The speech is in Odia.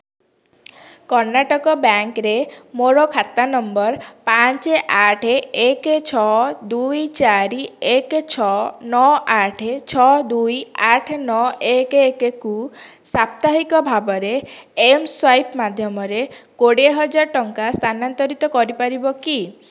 କର୍ଣ୍ଣାଟକ ବ୍ୟାଙ୍କ୍ରେ ମୋର ଖାତା ନମ୍ବର ପାଞ୍ଚ ଆଠ ଏକ ଛଅ ଦୁଇ ଚାରି ଏକ ଛଅ ନଅ ଆଠ ଛଅ ଦୁଇ ଆଠ ନଅ ଏକ ଏକକୁ ସାପ୍ତାହିକ ଭାବରେ ଏମ୍ସ୍ୱାଇପ୍ ମାଧ୍ୟମରେ କୋଡ଼ିଏ ହଜାର ଟଙ୍କା ସ୍ଥାନାନ୍ତରିତ କରିପାରିବ କି